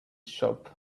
shop